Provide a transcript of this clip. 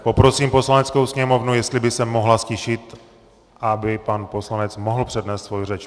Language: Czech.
Poprosím Poslaneckou sněmovnu, jestli by se mohla ztišit, aby pan poslanec mohl přednést svoji řeč.